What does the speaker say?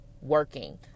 working